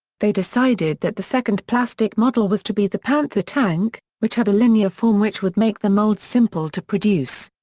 they decided that the second plastic model was to be the panther tank, which had a linear form which would make the molds simple to produce.